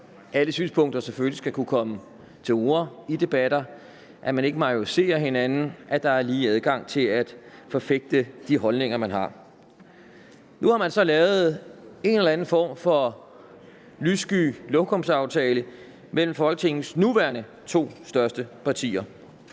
alle synspunkter selvfølgelig skal kunne komme til orde i debatter, at man ikke majoriserer hinanden, og at der er lige adgang til at forfægte de holdninger, man har. Nu har man så lavet en eller anden form for lyssky lokumsaftale mellem Folketingets nuværende to største partier.